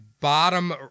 bottom